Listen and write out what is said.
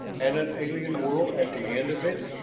and an alien world at the end of it.